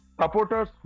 Supporters